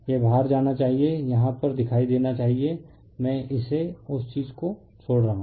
यह बाहर जाना चाहिए यहाँ पर दिखाई देना चाहिए मैं इसे उस चीज़ को छोड़ रहा हूँ